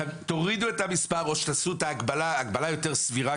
תורידו את המספר או שתעשו את ההגבלה הגבלה יותר סבירה,